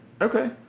Okay